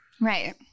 Right